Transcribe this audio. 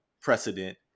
precedent